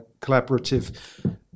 collaborative